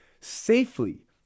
safely